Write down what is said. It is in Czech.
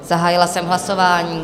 Zahájila jsem hlasování.